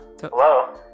hello